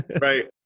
Right